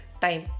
time